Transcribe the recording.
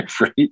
right